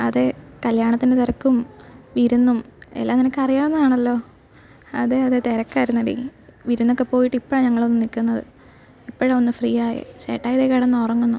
അതെ കല്യാണത്തിന് തിരക്കും വിരുന്നും എല്ലാം നിനക്കറിയാവുന്നതാണല്ലോ അതെ അതെ തിരക്കായിരുന്നെടി വിരുന്നൊക്കെ പോയിട്ട് ഇപ്പോഴാണ് ഞങ്ങളൊന്ന് നിക്കുന്നത് ഇപ്പോഴാണ് ഒന്ന് ഫ്രീയായെ ചേട്ടായി ദേ കിടന്നുറങ്ങുന്നു